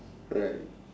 alright